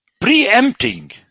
preempting